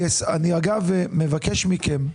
אגב, אני מבקש מכם,